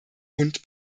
und